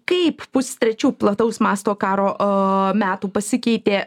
kaip pustrečių plataus masto karo metų pasikeitė